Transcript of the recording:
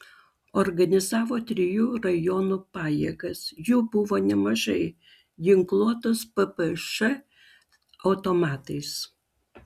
organizavo trijų rajonų pajėgas jų buvo nemažai ginkluotos ppš automatais